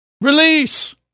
release